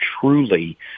truly